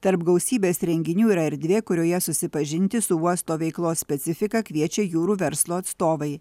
tarp gausybės renginių yra erdvė kurioje susipažinti su uosto veiklos specifika kviečia jūrų verslo atstovai